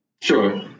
Sure